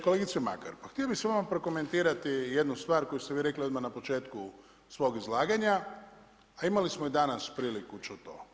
Kolegice Makar, pa htio bih s vama prokomentirati jednu stvar koju ste vi rekli odmah na početku svog izlaganja a imali smo i danas priliku čuti to.